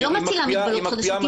היא לא מטילה מגבלות חדשות.